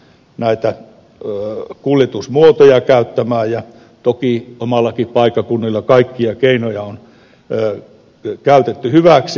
näitä olla kuljetusmuoto ja kuljetusmuotoja käyttämään ja toki omallakin paikkakunnallani kaikkia keinoja on käytetty hyväksi